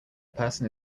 person